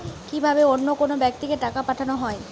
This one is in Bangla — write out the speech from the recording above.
কি ভাবে অন্য কোনো ব্যাক্তিকে টাকা পাঠানো হয়?